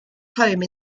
home